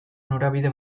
norabide